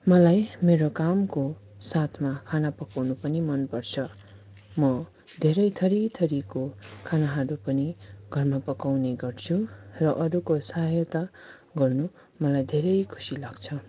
मलाई मेरो कामको साथमा खाना पकाउनु पनि मनपर्छ म धेरै थरिथरिको खानाहरू पनि घरमा पकाउने गर्छु र अरूको सहायता गर्नु मलाई धेरै खुसी लाग्छ